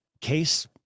case